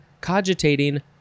cogitating